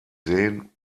sehen